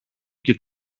και